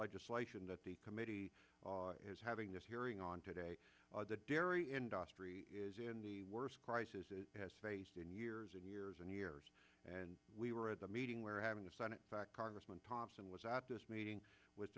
legislation that the committee is having this hearing on today dairy industry is in the worst crisis it has faced in years and years and years and we were at the meeting where having a senate fact congressman thompson was at this meeting w